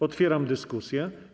Otwieram dyskusję.